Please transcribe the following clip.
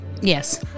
Yes